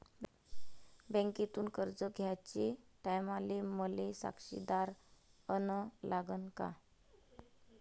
बँकेतून कर्ज घ्याचे टायमाले मले साक्षीदार अन लागन का?